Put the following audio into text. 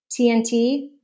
TNT